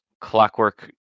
clockwork